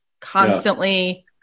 constantly